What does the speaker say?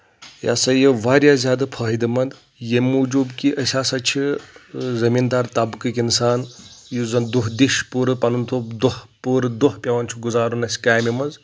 یہِ ہسا یہِ واریاہ زیادٕ فٲیدٕ منٛد ییٚمہِ موٗجوٗب کہِ أسۍ ہسا چھِ زٔمیٖندار طبقٕکۍ اِنسان یُس زَن دۄہ دِش پوٗرٕ پَنُن تھوٚب دۄہ پوٗرٕ دۄہ پؠوان چھُ گُزارُن اَسہِ کامہِ منٛز